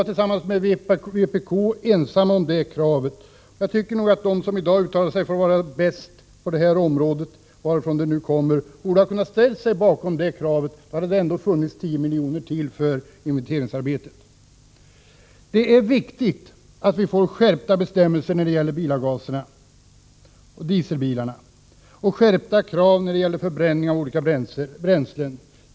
Tillsammans med vpk var folkpartiet ensamt om detta krav. Jag tycker att de som i dag säger sig vara bäst på detta område — varifrån uttalandena än kommer — borde ha kunnat ställa sig bakom kravet. Då hade det ändå funnits ytterligare 10 milj.kr. för inventeringsarbete. Det är viktigt att vi får en skärpning av bestämmelserna beträffande bilavgaser — även när det gäller dieselbilar — och förbränning av olika bränslen.